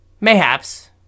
mayhaps